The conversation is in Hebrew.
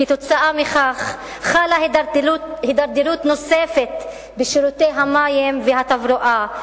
עקב כך חלה הידרדרות נוספת בשירותי המים והתברואה,